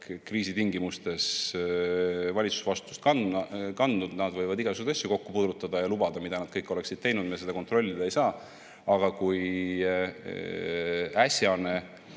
tingimustes valitsusvastutust kandnud, nad võivad igasuguseid asju kokku pudrutada ja lubada, mida nad kõik oleksid teinud, me seda kontrollida ei saa. Aga kui äsjane